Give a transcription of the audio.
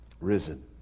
Risen